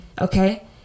Okay